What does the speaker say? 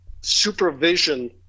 supervision